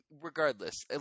Regardless